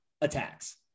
attacks